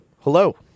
hello